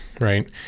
right